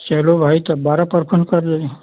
चलो भाई तो बारह पर्सेन्ट कर लें